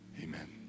amen